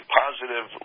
positive